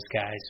guys